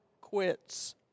quits